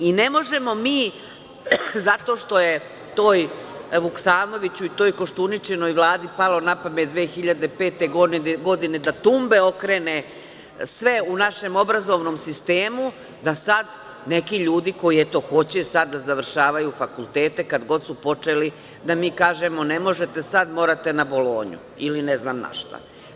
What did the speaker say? Ne možemo mi zato što je toj Vuksanovićevoj i toj Koštuničinoj vladi palo na pamet 2005. godine da tumbe okrene sve u našem obrazovnom sistemu, da sad neki ljudi koji, eto, hoće sad da završavaju fakultete, kad god su počeli, da mi kažemo - ne možete sad, morate na "Bolonju" ili ne znam na šta.